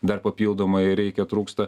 dar papildomai reikia trūksta